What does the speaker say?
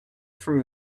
from